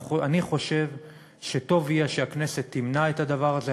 אני חושב שטוב יהיה שהכנסת תמנע את הדבר הזה.